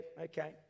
okay